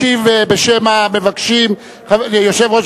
בבקשה, חברת